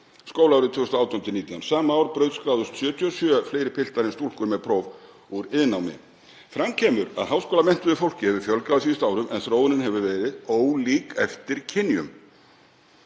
skólaárið 2018–2019. Sama skólaár brautskráðust 77% fleiri piltar en stúlkur með próf úr iðnnámi. Fram kemur að háskólamenntuðu fólki hefur fjölgað á síðustu árum en þróunin hefur verið ólík eftir kynjum.